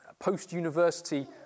post-university